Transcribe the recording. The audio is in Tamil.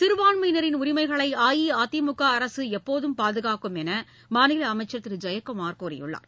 சிறுபான்மையினரின் உரிமைகளை அஇஅதிமுக அரசு எப்போதும் பாதுகாக்கும் என்று மாநில அமைச்சர் திரு ஜெயக்குமார் கூறியுள்ளார்